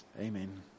Amen